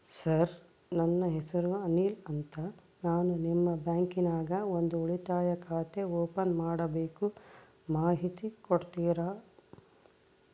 Sir ನನ್ನ ಹೆಸರು ಅನಿಲ್ ಅಂತ ನಾನು ನಿಮ್ಮ ಬ್ಯಾಂಕಿನ್ಯಾಗ ಒಂದು ಉಳಿತಾಯ ಖಾತೆ ಓಪನ್ ಮಾಡಬೇಕು ಮಾಹಿತಿ ಕೊಡ್ತೇರಾ?